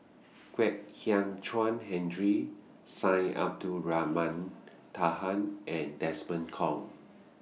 Kwek Hian Chuan Henry Syed Abdulrahman Taha and Desmond Kon